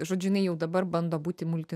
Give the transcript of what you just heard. žodžiu jinai jau dabar bando būti multi